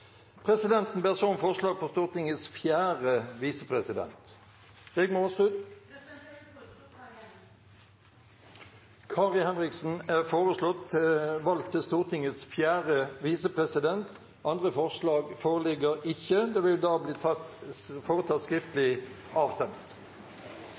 Presidenten ber da om forslag på Stortingets fjerde visepresident . Jeg vil foreslå Kari Henriksen . Kari Henriksen er foreslått valgt til Stortingets fjerde visepresident. – Andre forslag foreligger ikke. Det